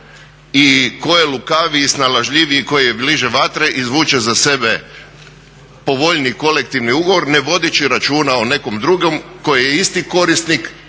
i tko je lukaviji i snalažljiviji i tko je bliže vatre izvuče za sebe povoljniji kolektivni ugovor ne vodeći računa o nekom drugom koji je isti korisnik